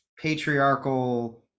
patriarchal